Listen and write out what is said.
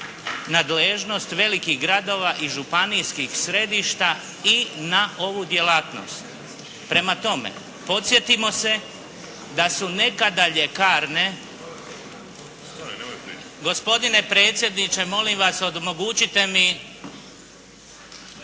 nadležnost velikih gradova i županijskih središta i na ovu djelatnost. Prema tome, podsjetimo se da su nekada ljekarne, gospodine predsjedniče, molim vas omogućite mi,